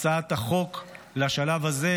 הצעת החוק לשלב הזה,